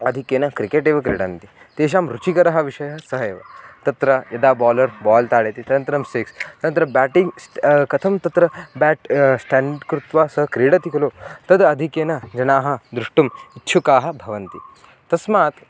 आधिक्येन क्रिकेट् एव क्रीडन्ति तेषां रुचिकरः विषयः सः एव तत्र यदा बालर् बाल् ताडयति तदनन्तरं सिक्स् तदनन्तरं बेटिङ्ग् कथं तत्र बेट् स्टेण्ट् कृत्वा सः क्रीडति खलु तत् आधिकेन जनाः द्रष्टुम् इच्छुकाः भवन्ति तस्मात्